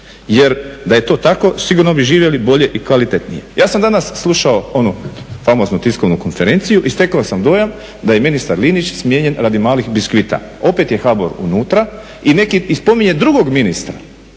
Jer da je to tako sigurno bismo živjeli bolje i kvalitetnije. Ja sam danas slušao onu famoznu tiskovnu konferenciju i stekao sam dojam da je ministar Linić smijenjen radi Malih biskvita, opet je HBOR unutra i spominje drugog ministra